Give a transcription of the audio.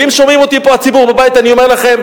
ואם שומעים אותי פה הציבור בבית, אני אומר לכם: